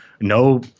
no